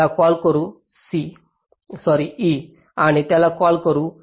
त्याला कॉल करू e आणि त्याला कॉल करू